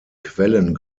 quellen